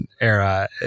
era